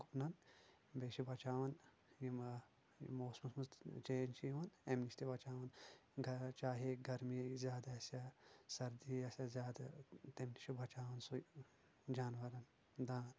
گُپنن بییٚہِ چھُ بچاوان یِم موسمس منٛز چینج چھِ یِوان امہِ نِش تہِ بچاوان گر چاہے گرمی زیادٕ آسہِ یا سردی آسہِ زیادٕ تمہِ نِش چھُ بچاوان سُے جانورن دان